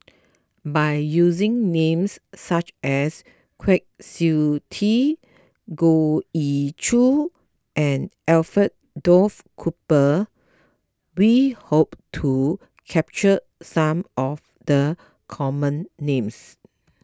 by using names such as Kwa Siew Tee Goh Ee Choo and Alfred Duff Cooper we hope to capture some of the common names